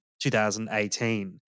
2018